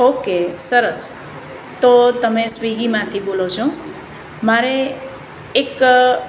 okay સરસ તો તમે સ્વિગીમાંથી બોલો છો મારે એક